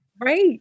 Right